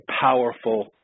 powerful